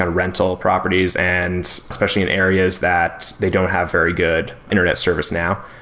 ah rental properties and especially in areas that they don't have very good internet service now.